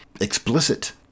explicit